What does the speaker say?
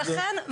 ולכן,